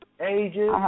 Ages